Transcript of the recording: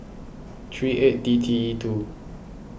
three eight D T E two